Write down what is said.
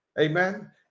Amen